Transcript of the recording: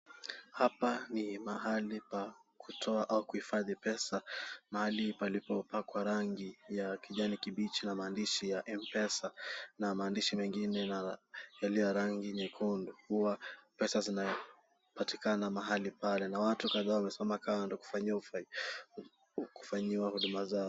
Hapa ni mahali pa kutoa au kuhifadhi pesa, mahali palipopakwa rangi ya kijani kibichi na maandishi ya M-Pesa na maandishi mengine yaliyo ya rangi nyekundu, huwa pesa zinapatikana mahali pale na watu kadhaa wamesimama kando kufanyiwa huduma za.